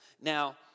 Now